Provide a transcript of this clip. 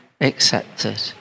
accepted